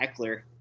Eckler